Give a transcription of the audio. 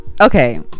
okay